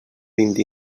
vint